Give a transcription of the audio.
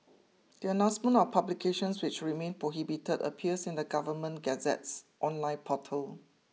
the announcement of publications which remain prohibited appears in the Government Gazette's online portal